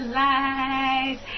light